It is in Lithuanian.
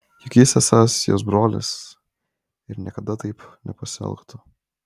juk jis esąs jos brolis ir niekada taip nepasielgtų